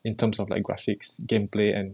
in terms of like graphics gameplay and